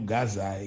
Gaza